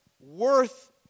worth